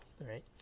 right